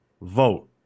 vote